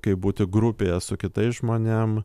kaip būti grupėje su kitais žmonėm